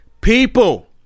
People